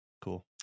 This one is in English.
cool